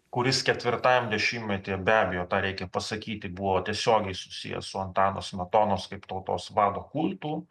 kuris ketvirtajam dešimtmetyje be abejo tą reikia pasakyti buvo tiesiogiai susijęs su antano smetonos kaip tautos vado kultu